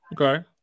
Okay